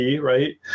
right